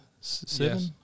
seven